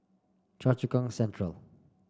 Choa Chu Kang Central